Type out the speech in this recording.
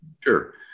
Sure